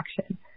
action